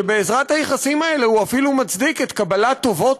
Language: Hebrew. שבעזרת היחסים האלה הוא אפילו מצדיק את קבלת טובות